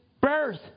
birth